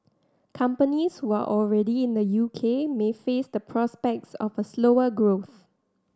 companies who are already in the U K may face the prospects of a slower growth